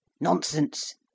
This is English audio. Nonsense